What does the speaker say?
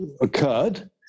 occurred